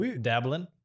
Dabbling